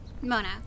Mona